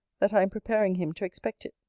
that i am preparing him to expect it.